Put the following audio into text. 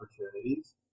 opportunities